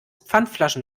pfandflaschen